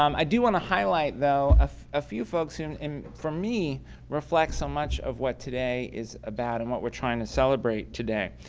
um i do want to highlight a ah ah few folks who and and for me reflect so much of what today is about and what we're trying to celebrate today.